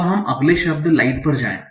अब हम अगले शब्द लाइट पर जाएं